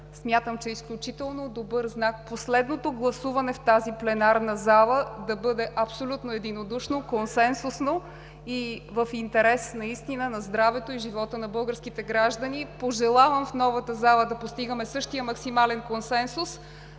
Смятам, че е изключително добър знак последното гласуване в тази пленарна зала да бъде абсолютно единодушно, консенсусно и наистина в интерес на здравето и живота на българските граждани. Пожелавам в новата зала да постигаме същия максимален консенсус,